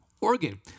organ